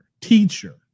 teacher